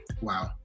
wow